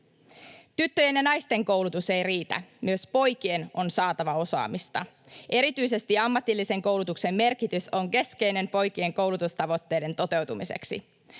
Tyttöjen ja naisten koulutus ei riitä, myös poikien on saatava osaamista. Erityisesti ammatillisen koulutuksen merkitys on keskeinen poikien koulutustavoitteiden toteutumiseksi.